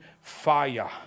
fire